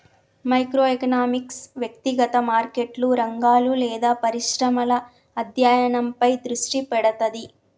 micro economics వ్యక్తిగత మార్కెట్లు, రంగాలు లేదా పరిశ్రమల అధ్యయనంపై దృష్టి పెడతది